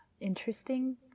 interesting